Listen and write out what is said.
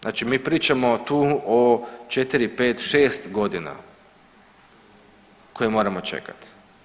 Znači mi pričamo tu o 4, 5, 6 godina koje moramo čekati.